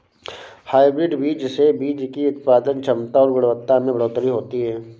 hybrid बीज से बीज की उत्पादन क्षमता और गुणवत्ता में बढ़ोतरी होती है